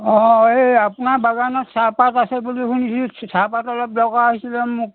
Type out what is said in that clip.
অঁ এই আপোনাৰ বাগানত চাহপাত আছে বুলি শুনিছিলোঁ চাহপাত অলপ দৰকাৰ হৈছিলে মোক